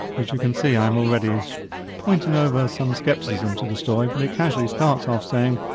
which you can see i'm already pointing over some scepticism to the story, but it casually starts ah of saying,